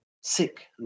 sick